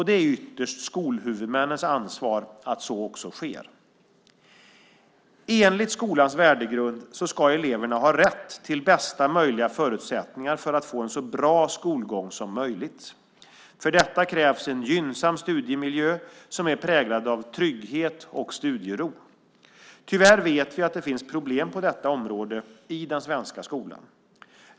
Det är ytterst skolhuvudmännens ansvar att så också sker. Enligt skolans värdegrund ska eleverna ha rätt till bästa möjliga förutsättningar för att få en så bra skolgång som möjligt. För detta krävs en gynnsam studiemiljö som är präglad av trygghet och studiero. Tyvärr vet vi att det finns problem på detta område i den svenska skolan.